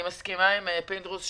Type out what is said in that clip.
אני מסכימה עם חבר הכנסת פינדרוס,